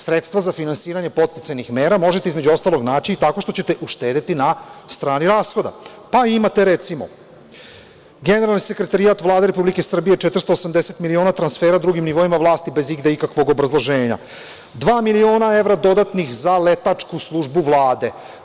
Sredstva za finansiranje podsticajnih mera možete između ostalog naći tako što ćete uštedeti na strani rashoda, pa imate recimo, generalni sekretarijat Vlade Republike Srbije 480 miliona transfera drugim nivoima vlasti, bez igde ikakvog obrazloženja. dva miliona evra dodatnih za letačku službu Vlade.